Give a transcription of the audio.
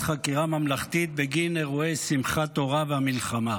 חקירה ממלכתית בגין אירועי שמחת תורה והמלחמה.